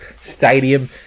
Stadium